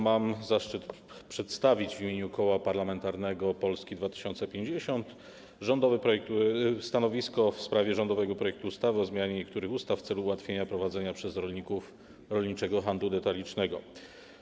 Mam zaszczyt przedstawić w imieniu Koła Parlamentarnego Polska 2050 stanowisko w sprawie rządowego projektu ustawy o zmianie niektórych ustaw w celu ułatwienia prowadzenia przez rolników rolniczego handlu detalicznego.